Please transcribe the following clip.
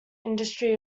industry